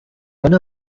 one